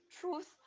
truth